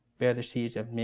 bear the souls of